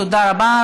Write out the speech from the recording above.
תודה רבה.